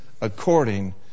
according